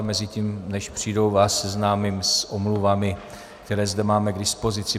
Mezitím, než přijdou, vás seznámím s omluvami, které zde máme k dispozici.